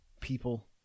people